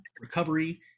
recovery